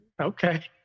Okay